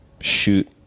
shoot